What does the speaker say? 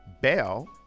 Bell